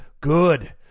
Good